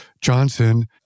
Johnson